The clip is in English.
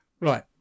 Right